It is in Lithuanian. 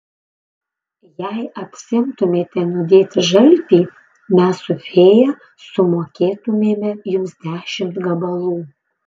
jei apsiimtumėte nudėti žaltį mes su fėja sumokėtumėme jums dešimt gabalų